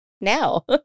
now